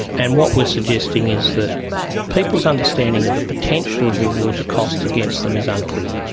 and what we are suggesting is that people's understanding of the potential of the awards of costs against them is unclear.